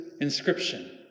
inscription